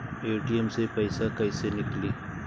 ATM से पइसा कइसे निकली?